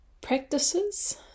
practices